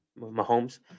Mahomes